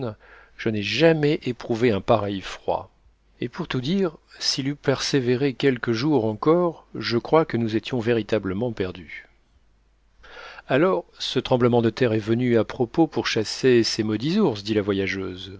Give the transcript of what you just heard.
je n'ai jamais éprouvé un pareil froid et pour tout dire s'il eût persévéré quelques jours encore je crois que nous étions véritablement perdus alors ce tremblement de terre est venu à propos pour chasser ces maudits ours dit la voyageuse